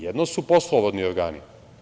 Jedno su poslovodni organi.